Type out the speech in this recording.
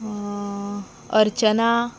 अर्चना